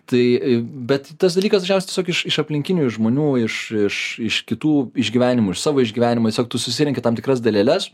tai e bet tas dalykas dažniausiai tiesiog iš iš aplinkinių iš žmonių iš iš iš kitų išgyvenimų iš savo išgyvenimų tiesiog tu susirenki tam tikras daleles